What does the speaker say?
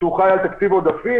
שחיים על תקציב עודפים.